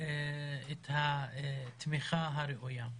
את התמיכה הראויה.